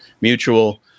mutual